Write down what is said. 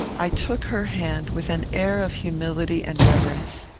i took her hand with an air of humility and reverence.